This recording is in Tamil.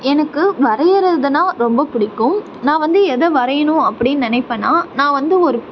எனக்கு வரையிறதுன்னா ரொம்ப பிடிக்கும் நான் வந்து எதை வரையணும் அப்படினு நினைப்பன்னா நான் வந்து ஒரு